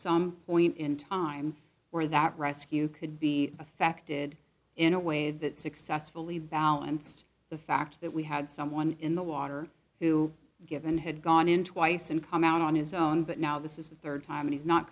some point in time where that rescue could be affected in a way that successfully balanced the fact that we had someone in the water who given had gone in twice and come out on his own but now this is the rd time he's not